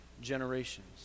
generations